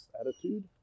attitude